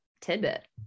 tidbit